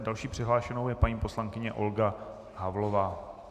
Další přihlášenou je paní poslankyně Olga Havlová.